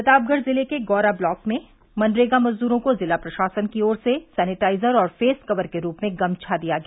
प्रतापगढ़ जिले के गौरा ब्लॉक में मनरेगा मजदूरों को जिला प्रशासन की ओर से सैनिटाइजर और फेस कवर के रूप में गमछा दिया गया